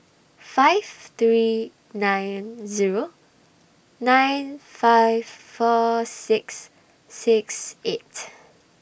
five three nine Zero nine five four six six eight